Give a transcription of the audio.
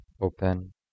open